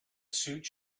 suit